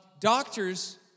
doctors